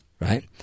Right